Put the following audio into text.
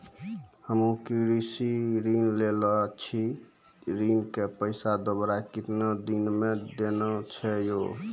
हम्मे कृषि ऋण लेने छी ऋण के पैसा दोबारा कितना दिन मे देना छै यो?